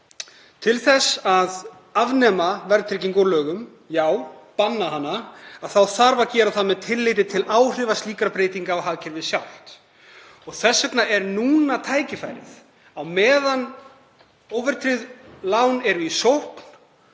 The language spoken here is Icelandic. forseti. Að afnema verðtryggingu með lögum, já, banna hana, þarf að gera með tilliti til áhrifa slíkra breytinga á hagkerfið sjálft. Þess vegna er núna tækifærið, á meðan óverðtryggð lán eru í sókn